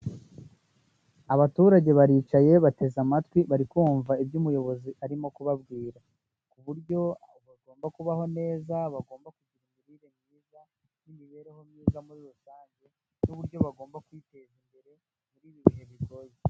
Abaturage baricaye bateze amatwi，bari kumva ibyo umuyobozi arimo kubabwira，uburyo bagomba kubaho neza， bagomba kugira imirire myiza n'imibereho myiza，muri rusange n'uburyo bagomba kwiteza imbere muri ibi bihe bigoye.